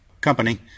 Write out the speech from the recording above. Company